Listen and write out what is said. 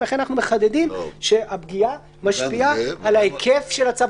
ולכן אנחנו מחדדים שהפגיעה משפיעה על היקף הצו,